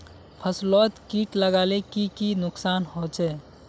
फसलोत किट लगाले की की नुकसान होचए?